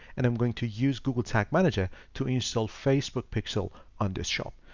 and i'm going to use google tag manager to install facebook pixel on this shop.